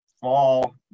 fall